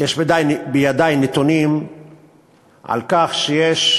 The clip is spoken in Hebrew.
יש בידי נתונים על כך שיש